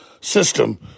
system